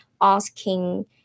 asking